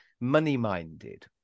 money-minded